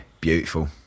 beautiful